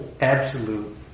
Absolute